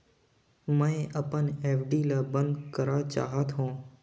मैं अपन एफ.डी ल बंद करा चाहत हों